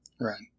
Right